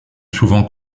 souvent